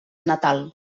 natal